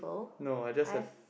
no I just have